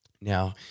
Now